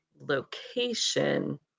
location